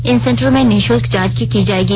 इन सेंटरों में निःशुल्क जांच की जायेगी